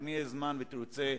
אם יהיה זמן ותרצה,